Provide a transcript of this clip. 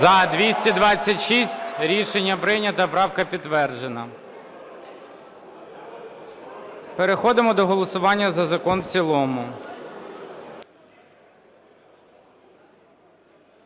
За-226 Рішення прийнято. Правка підтверджена. Переходимо до голосування за закон в цілому.